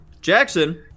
Jackson